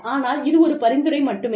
ஆனால் இது ஒரு பரிந்துரை மட்டுமே